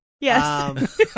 Yes